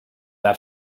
that